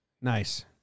Nice